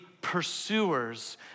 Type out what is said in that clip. pursuers